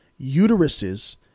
uteruses